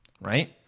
right